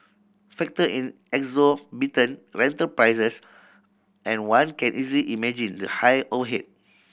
factor in exorbitant rental prices and one can easily imagine the high overhead